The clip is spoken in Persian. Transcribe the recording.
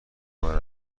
کار